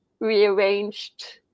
rearranged